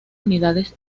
unidades